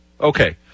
Okay